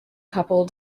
couple